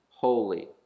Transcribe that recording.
holy